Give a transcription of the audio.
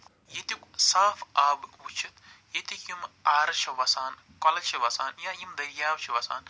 ییٚتُک صاف آب وٕچتھ ییٚتِک یِم آرٕ چھِ وَسان کۄلہٕ چھِ وَسان یا یِم دٔریاو چھِ وَسان